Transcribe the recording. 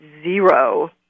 zero